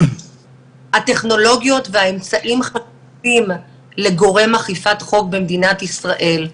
הטכנולוגיות והאמצעים חשובים לגורם אכיפת חוק במדינת ישראל.